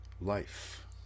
life